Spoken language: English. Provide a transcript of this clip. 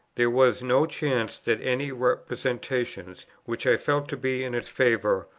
there was no chance that any representations, which i felt to be in its favour,